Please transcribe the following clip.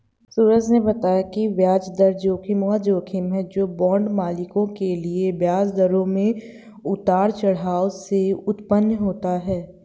सूरज ने बताया कि ब्याज दर जोखिम वह जोखिम है जो बांड मालिकों के लिए ब्याज दरों में उतार चढ़ाव से उत्पन्न होता है